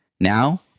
now